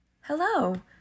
Hello